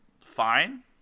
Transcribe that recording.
fine